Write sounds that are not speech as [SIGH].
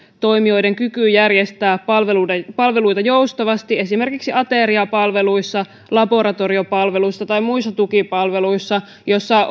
toimijoiden kykyyn järjestää palveluita joustavasti esimerkiksi ateriapalveluissa laboratoriopalveluissa tai muissa tukipalveluissa joissa [UNINTELLIGIBLE]